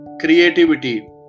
creativity